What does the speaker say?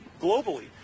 globally